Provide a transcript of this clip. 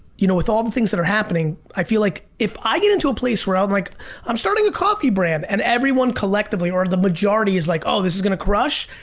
you know, with all the things that are happening, i feel like if i get into a place where i'm like i'm starting a coffee brand and everyone collectively or the majority is like, oh, this is gonna crush,